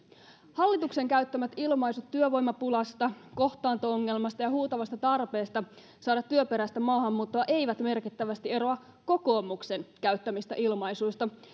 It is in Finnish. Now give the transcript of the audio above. hallituksen käyttämät ilmaisut työvoimapulasta kohtaanto ongelmasta ja huutavasta tarpeesta saada työperäistä maahanmuuttoa eivät merkittävästi eroa kokoomuksen käyttämistä ilmaisuista